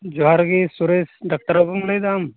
ᱡᱚᱦᱟᱨ ᱜᱮ ᱥᱩᱨᱮᱥ ᱵᱟᱠᱛᱚᱨ ᱵᱟ ᱵᱩᱢ ᱞᱟ ᱭᱮᱫᱟ ᱟᱢ